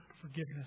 forgiveness